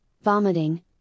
vomiting